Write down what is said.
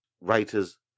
writers